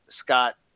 Scott